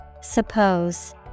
Suppose